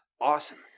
awesome